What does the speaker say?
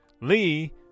Lee